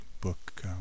book